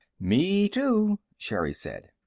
me too, sherri said.